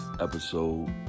episode